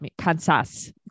Kansas